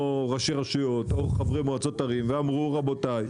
או ראשי רשויות או חברי מועצות ערים ואמרו רבותי,